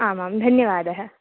आमां धन्यवादः